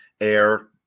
Air